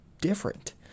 different